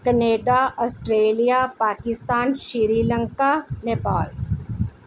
Canada Australia Pakistan Sri Lanka Nepal